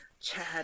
Chad